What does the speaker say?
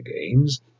Games